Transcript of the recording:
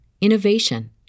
innovation